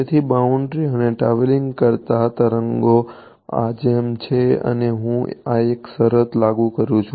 તેથી બાઉન્ડ્રી અને ટ્રાવેલિંગ કરતા તરંગો આ જેમ છે અને હું આ એક શરત લાગુ કરું છું